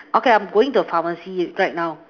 okay I am going to the pharmacy right now